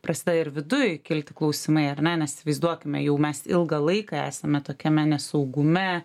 prasideda ir viduj kilti klausimai ar ne nes įsivaizduokime jau mes ilgą laiką esame tokiame nesaugume